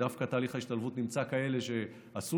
שדווקא בתהליך ההשתלבות נמצא כאלה שעשו